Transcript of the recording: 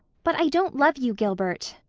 but i don't love you, gilbert.